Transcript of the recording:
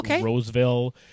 Roseville